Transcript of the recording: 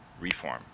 reform